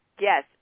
Yes